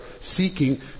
seeking